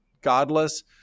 godless